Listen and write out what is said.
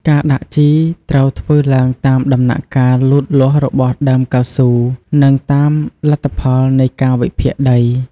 ការដាក់ជីត្រូវធ្វើឡើងតាមដំណាក់កាលលូតលាស់របស់ដើមកៅស៊ូ និងតាមលទ្ធផលនៃការវិភាគដី។